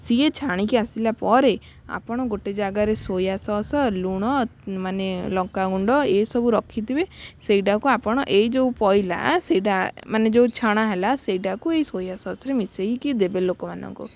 ସିଏ ଛାଣିକି ଆସିଲା ପରେ ଆପଣ ଗୋଟେ ଜାଗାରେ ସୋୟା ସସ୍ ଲୁଣ ମାନେ ଲଙ୍କାଗୁଣ୍ଡ ଏଇସବୁ ରଖିଥିବେ ସେଇଟାକୁ ଆପଣ ଏଇ ଯେଉଁ ପଡ଼ିଲା ସେଇଟା ମାନେ ଯେଉଁ ଛଣା ହେଲା ସେଇଟାକୁ ଏଇ ସୋୟା ସସ୍ରେ ମିଶାଇକି ଦେବେ ଲୋକମାନଙ୍କୁ